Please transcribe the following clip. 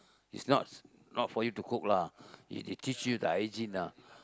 it's not not for you to cook lah they teach you the hygiene ah